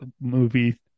movie